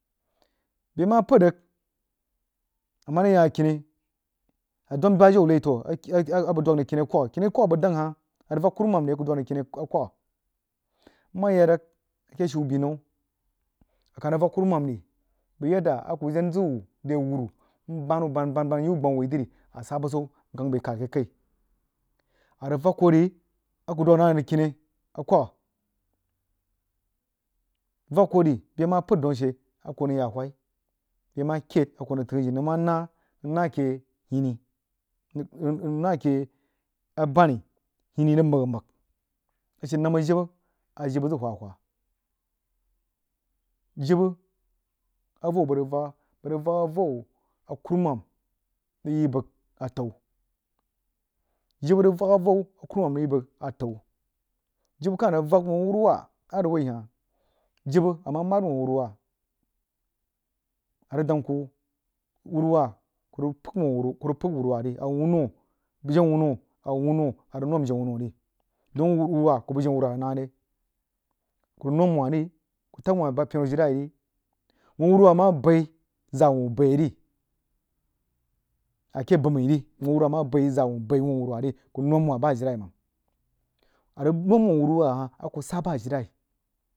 Bəg mah pəd rig a mah rig yah akini a dwam bajeu wuh toh aki a bəg dwag kiu akwahh kini gwagha a bəg dan hah a rig vak kuruman ni a dwag nəng kini akwgha nmah yaah rig a keh shiu binau a kah rig vak kuruman ri bəg shir binau a kah rig vak kuruman ri bəg yadda a kuh jen zəg wuh rewuru nbaan wuh baan baan baan nyi whuh gbama whi dri ri a sah basau nkang bəg kad akeh kəi a rig vak koh ri a kuh dwag hah nang kini awagha vak koh ri bəa mah pəid daun ashe a kuh hoo nang yah awhai bəg mah kəid a kuh hoo nang təg a jin nang mah naah nang naah keh hini nang naah keh abani hinii rig məhg a mahg a she rawumah jibə a jibə zəg wha wha jibə a vou abəa rig vak bəg rig vak avou a kurumam rig yi bə atau jibə rig vak avau a kurumam rig yí bəg atan jibə kah rig vak wuh a kuruwah a rig woi hah jibə a mah mahd whh a whruinah a rig dang kuh whruwah kuh rig pəig wuh a whruwah qə̄i a wuh whno bəg jenah wuno a wuh wuno a rig nwam janah wuno ri dong wumwah kuh bəg jenah whruwah rig nah re kuh nwam wah ri kuh tag wah pinu ajilai ri wuh a wuruwah nah bəi zag wuh bəi a ri akeh buhmai ri wuh a wuruwah mah bai a wuh bai wuh awuruwah ri kuh nwam wah bah ajilau nang a rig nwam wuh awuruwah jiri kuh sah ba ajilai